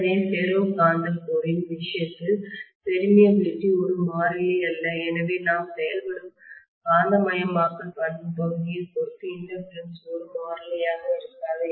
எனவே ஃபெரோ காந்த மையத்தின்கோரின் விஷயத்தில் பெர்மியபிலிடிஊடுருவல் ஒரு மாறிலி அல்ல எனவே நாம் செயல்படும் காந்தமயமாக்கல் பண்பு பகுதியைப் பொறுத்து இண்டக்டன்ஸ் ஒரு மாறிலியாக இருக்காது